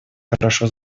хорошо